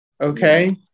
okay